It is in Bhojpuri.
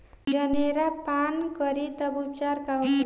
जनेरा पान करी तब उपचार का होखेला?